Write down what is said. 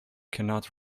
cannot